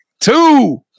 two